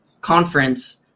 conference